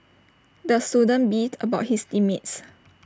the student beefed about his team mates